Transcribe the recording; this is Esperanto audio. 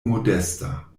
modesta